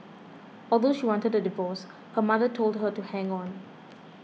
although she wanted a divorce her mother told her to hang on